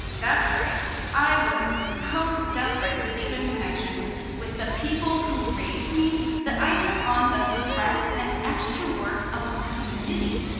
that's right. i was so desperate to deepen connections with the people who raised me that i took on the stress and extra work of a committee.